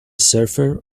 surfer